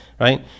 right